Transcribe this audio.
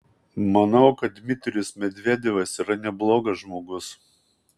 manau kad dmitrijus medvedevas yra neblogas žmogus